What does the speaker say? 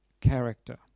character